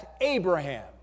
Abraham